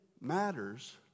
matters